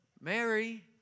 Mary